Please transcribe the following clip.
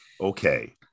Okay